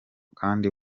kandi